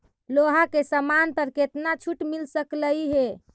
लोहा के समान पर केतना छूट मिल सकलई हे